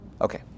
Okay